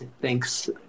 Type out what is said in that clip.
Thanks